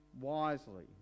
wisely